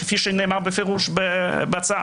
כפי שנאמר בפירוש בהצעה.